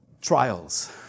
trials